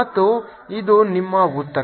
ಮತ್ತು ಅದು ನಿಮ್ಮ ಉತ್ತರ